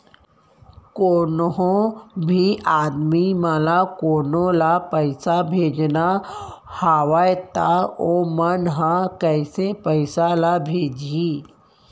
कोन्हों भी आदमी मन ला कोनो ला पइसा भेजना हवय त उ मन ह कइसे पइसा ला भेजही?